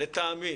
לטעמי